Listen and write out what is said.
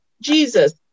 Jesus